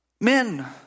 Men